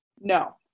No